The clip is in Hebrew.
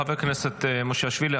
חבר הכנסת מושיאשוילי,